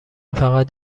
فقط